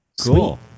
Cool